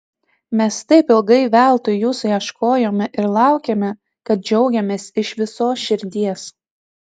mes taip ilgai veltui jūsų ieškojome ir laukėme kad džiaugiamės iš visos širdies